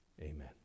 Amen